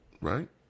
Right